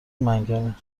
منگنه